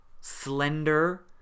slender